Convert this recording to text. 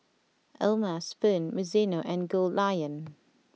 O'ma Spoon Mizuno and Goldlion